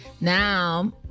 Now